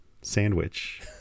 sandwich